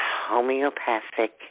homeopathic